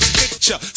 picture